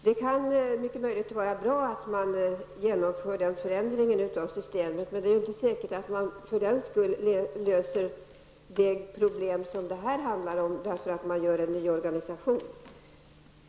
Herr talman! Det är mycket möjligt att det kan vara bra att genomföra den förändringen av systemet, men det är inte säkert att man för den skull, genom att göra en ny organisation, löser de problem som det här handlar om.